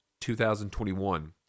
2021